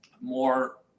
more